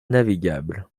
navigable